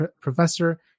professor